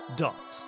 dot